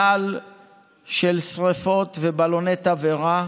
גל של שרפות ובלוני תבערה,